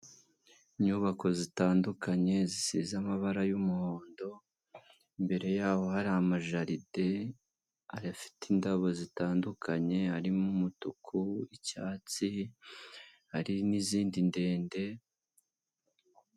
Inyubako zitandukanye zisize amabara y'umuhondo, imbere yaho hari amajaride afite indabo zitandukanye harimo umutuku, icyatsi hari n'izindi ndende.